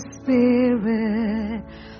spirit